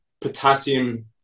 potassium